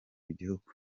igihugu